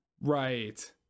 Right